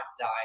die